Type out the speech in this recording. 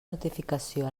notificació